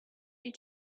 you